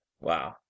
Wow